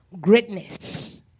greatness